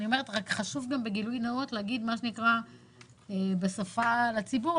אני רק אומרת שחשוב גם בגילוי נאות להגיד בשפה ברורה לציבור,